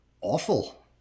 awful